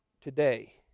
today